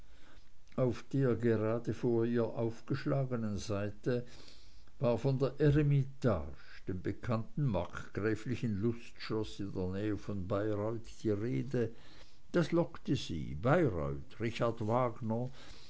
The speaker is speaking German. auf der gerade vor ihr aufgeschlagenen seite war von der eremitage dem bekannten markgräflichen lustschloß in der nähe von bayreuth die rede das lockte sie bayreuth richard wagner